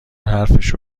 حرفشو